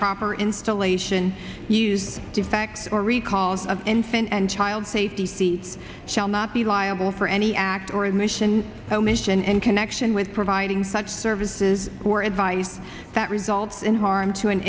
proper installation use defects or recalls of infant and child safety c shall not be liable for any act or emission omission in connection with providing such services or advice that results in harm to an